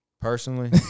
Personally